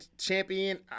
champion